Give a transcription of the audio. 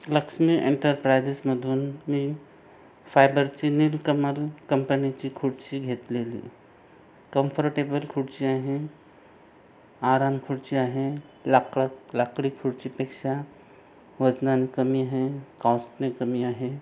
लक्ष्मी एंटरप्रायजेसमधून मी फायबरची नीलकमल कंपनीची खुर्ची घेतलेली कंफर्टेबल खुर्ची आहे आराम खुर्ची आहे लाकळत लाकडी खुर्चीपेक्षा वजनानं कमी आहे कॉस्टने कमी आहे